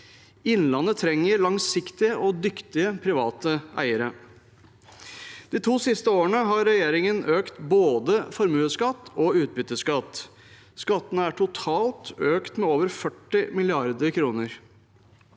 Innlandet trenger langsiktige og dyktige private eiere. De to siste årene har regjeringen økt både formuesskatt og utbytteskatt. Skattene er totalt økt med over 40 mrd. kr.